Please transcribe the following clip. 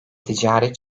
ticari